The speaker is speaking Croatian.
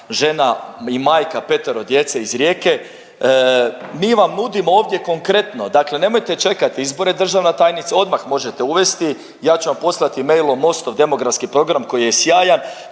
žena i majka petero djece iz Rijeke. Mi vam nudimo ovdje konkretno, dakle nemojte čekat izbore državna tajnice. Odmah možete uvesti, ja ću vam poslati mailom Mostov demografski program koji je sjajan,